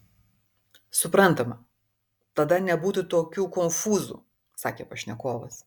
suprantama tada nebūtų tokių konfūzų sakė pašnekovas